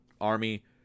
army